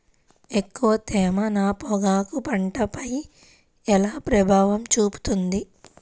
ఎక్కువ తేమ నా పొగాకు పంటపై ఎలా ప్రభావం చూపుతుంది?